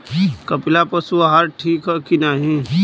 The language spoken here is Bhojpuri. कपिला पशु आहार ठीक ह कि नाही?